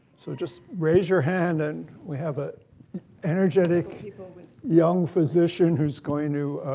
so just raise your hand. and we have a energetic young physician who's going to